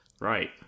Right